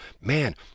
Man